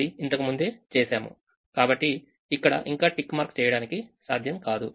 అది ఇంతకు ముందే చేశాము కాబట్టి ఇక్కడ ఇంకా టిక్ మార్క్ చేయడానికిసాధ్యంకాదు